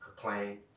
complain